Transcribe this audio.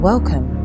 Welcome